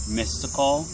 mystical